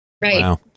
Right